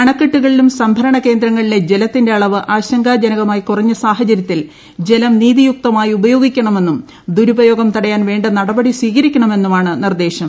അണക്കെട്ടുകളിലും സംഭരണ കേന്ദ്രങ്ങളിലെ ജലത്തിന്റെ അളവ് ആശങ്കാജനകമായി കുറഞ്ഞ സാഹചര്യത്തിൽ ജലം നീതിയുക്തമായി ഉപയോഗിക്കണമെന്നും ദുരുപയോഗം തടയാൻ വേണ്ട നടപടി സ്വീകരിക്കണമെന്നുമാണ് നിർദ്ദേശം